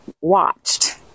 watched